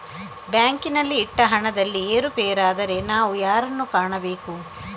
ಬ್ಯಾಂಕಿನಲ್ಲಿ ಇಟ್ಟ ಹಣದಲ್ಲಿ ಏರುಪೇರಾದರೆ ನಾವು ಯಾರನ್ನು ಕಾಣಬೇಕು?